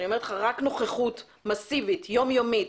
רק נוכחות מסיבית יום יומית